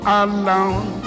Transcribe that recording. alone